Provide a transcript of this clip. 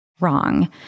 Wrong